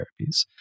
therapies